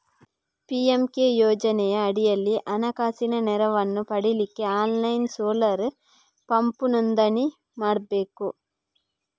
PMK ಯೋಜನೆಯ ಅಡಿಯಲ್ಲಿ ಹಣಕಾಸಿನ ನೆರವನ್ನ ಪಡೀಲಿಕ್ಕೆ ಆನ್ಲೈನ್ ಸೋಲಾರ್ ಪಂಪ್ ನೋಂದಣಿ ಮಾಡ್ಬೇಕು